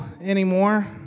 anymore